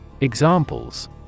Examples